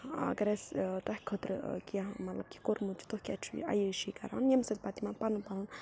اَگر اَسہِ تۄہہِ خٲطرٕ کیٚنٛہہ مطلب کہِ کوٚرمُت چھُ تُہۍ کیٚازِ چھُو اَیاشی کران ییٚمہِ سۭتۍ پَتہٕ یِمن پَنُن پَنُن